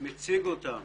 מציג אותם